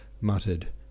muttered